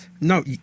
No